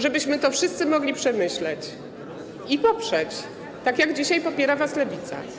Żebyśmy wszyscy mogli to przemyśleć i poprzeć, tak jak dzisiaj popiera was Lewica.